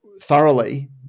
thoroughly